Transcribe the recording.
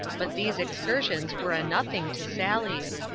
but these excursions were a nothing to sally's.